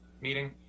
meeting